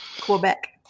Quebec